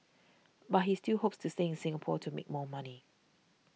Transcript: but he still hopes to stay in Singapore to make more money